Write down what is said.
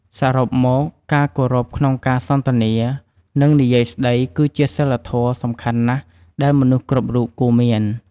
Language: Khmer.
សរុបមកការគោរពក្នុងការសន្ទនានិងនិយាយស្តីគឺជាសីលធម៌សំខាន់ណាស់ដែលមនុស្សគ្រប់រូបគួរមាន។